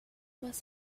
was